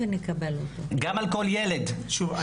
שוב,